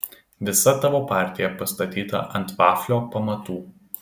visa tavo partija pastatyta ant vaflio pamatų